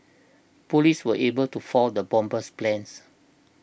police were able to foil the bomber's plans